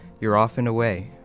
you're off and away.